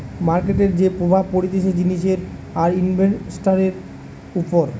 মার্কেটের যে প্রভাব পড়তিছে জিনিসের আর ইনভেস্টান্টের উপর